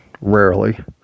rarely